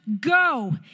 go